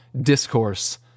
discourse